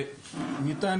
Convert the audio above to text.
שניתן